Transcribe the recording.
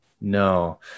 No